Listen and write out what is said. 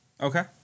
Okay